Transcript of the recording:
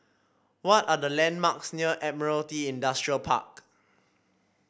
what are the landmarks near Admiralty Industrial Park